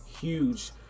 huge